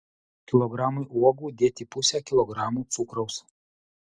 kilogramui uogų dėti pusę kilogramo cukraus